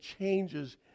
changes